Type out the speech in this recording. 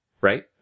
Right